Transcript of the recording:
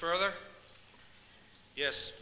further yes